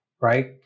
right